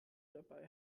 dabei